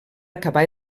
acabà